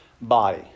body